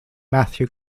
matthew